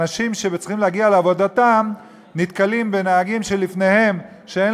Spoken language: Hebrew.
אנשים שצריכים להגיע לעבודתם נתקלים בנהגים שלפניהם שלא